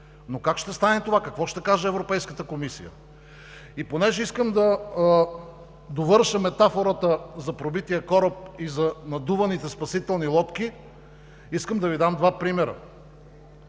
Но как ще стане това? Какво ще каже Европейската комисия? И понеже искам да довърша метафората за пробития кораб и за надуваните спасителни лодки, искам да Ви дам два примера.